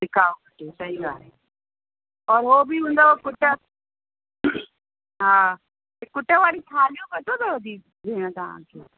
टिकाऊ जो सही ॻाल्हि आहे और उहो बि हूंदव कुट हा कुट वारी थालियूं पतो अथव जी भेण तव्हांखे